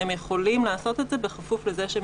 הם יכולים לעשות את זה בכפוף לזה שהם